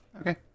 Okay